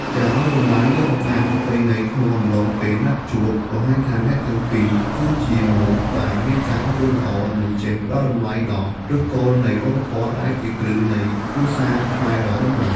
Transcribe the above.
ការឱ្យតម្លៃលើបង្អែមប្រពៃណីក្នុងអំឡុងពេលណាត់ជួប បង្ហាញថាអ្នកទាំងពីរគឺជាមនុស្សដែលមានការអប់រំល្អ និងចេះផ្ដល់តម្លៃដល់ឫសគល់នៃវប្បធម៌ដែលជាគ្រឹះនៃគ្រួសារខ្មែរដ៏រឹងមាំ។